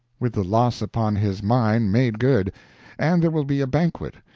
with the loss upon his mine made good and there will be a banquet,